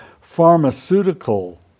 pharmaceutical